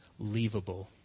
leavable